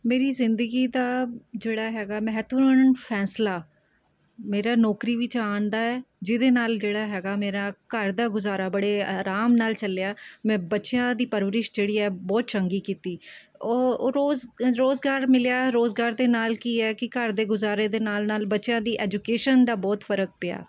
ਮੇਰੀ ਜ਼ਿੰਦਗੀ ਦਾ ਜਿਹੜਾ ਹੈਗਾ ਮਹੱਤਵਪੂਰਨ ਫੈਸਲਾ ਮੇਰਾ ਨੌਕਰੀ ਵਿੱਚ ਆਉਣ ਦਾ ਹੈ ਜਿਹਦੇ ਨਾਲ਼ ਜਿਹੜਾ ਹੈਗਾ ਮੇਰਾ ਘਰ ਦਾ ਗੁਜ਼ਾਰਾ ਬੜੇ ਆਰਾਮ ਨਾਲ਼ ਚੱਲਿਆ ਮੈਂ ਬੱਚਿਆਂ ਦੀ ਪਰਵਰਿਸ਼ ਜਿਹੜੀ ਹੈ ਬਹੁਤ ਚੰਗੀ ਕੀਤੀ ਉਹ ਰੋਜ਼ ਰੁਜ਼ਗਾਰ ਮਿਲਿਆ ਰੁਜ਼ਗਾਰ ਦੇ ਨਾਲ਼ ਕੀ ਹੈ ਕਿ ਘਰ ਦੇ ਗੁਜ਼ਾਰੇ ਦੇ ਨਾਲ਼ ਨਾਲ਼ ਬੱਚਿਆਂ ਦੀ ਐਜੂਕੇਸ਼ਨ ਦਾ ਬਹੁਤ ਫ਼ਰਕ ਪਿਆ